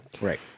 Right